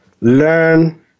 learn